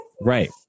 Right